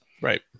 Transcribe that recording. Right